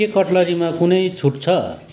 के कटलरीमा कुनै छुट छ